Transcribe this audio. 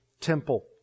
temple